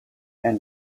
and